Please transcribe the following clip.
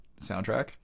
soundtrack